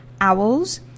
owls